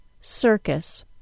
Circus